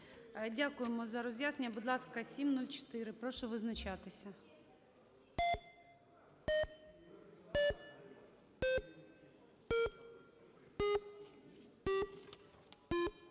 Дякуємо за роз'яснення. Будь ласка, 704, прошу визначатися.